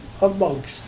amongst